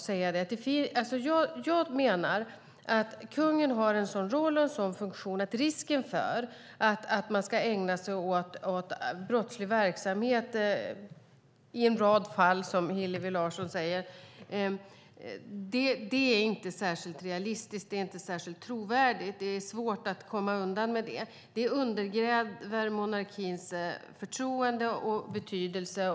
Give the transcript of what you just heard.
Jag menar att kungen har en sådan roll och en sådan funktion att risken för att han ska ägna sig åt brottslig verksamhet i en rad fall, som Hillevi Larsson säger, inte är särskilt realistisk. Det är inte särskilt trovärdigt. Det är svårt att komma undan med det. Det undergräver monarkins förtroende och betydelse.